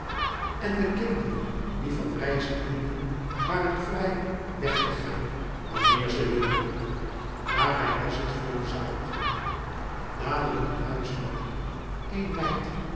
en de kinderen die van reizen hielden waren vrij weg te gaan wanneer ze wilden daarbij was het veel zuiniger dadelijk een huishouden één meid